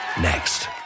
Next